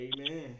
Amen